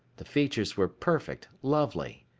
the features were perfect, lovely,